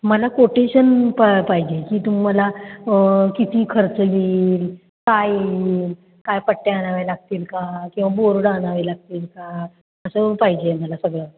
मला कोटेशन पा पाहिजे की तुम्हाला किती खर्च येईल काय येईल काय पट्ट्या आणाव्या लागतील का किंवा बोर्ड आणावे लागतील का असं पाहिजे आहे मला सगळं